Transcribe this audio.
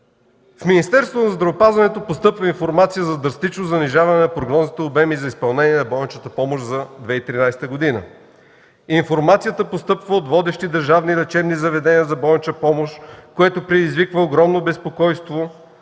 „В Министерството на здравеопазването постъпва информация за драстично занижаване на прогнозните обеми за изпълнение на болничната помощ за 2013 г. Информацията постъпва от водещи държавни лечебни заведения за болнична помощ, което предизвиква огромно безпокойство